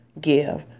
give